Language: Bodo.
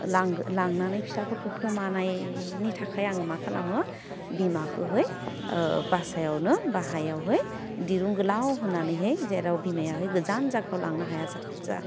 लां लांनानै फिसाफोरखो खोमानायनि थाखाय आङो मा खालामो बिमाखोहै ओह बासायावनो बाहायावहै दिरुं गोलाव होनानैहै जेराव बिमायाहै गोजान जागाव लांनो हाया जाथ जा